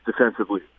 defensively